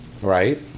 right